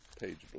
page